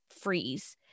freeze